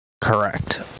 Correct